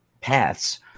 paths